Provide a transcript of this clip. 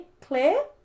clear